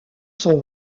son